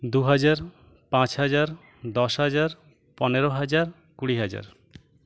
দু হাজার পাঁচ হাজার দশ হাজার পনেরো হাজার কুড়ি হাজার